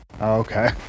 okay